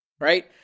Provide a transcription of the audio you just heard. right